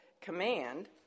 command